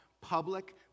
public